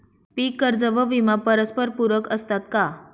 पीक कर्ज व विमा परस्परपूरक असतात का?